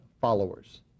followers